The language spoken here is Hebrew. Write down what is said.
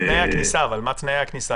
מה תנאי הכניסה?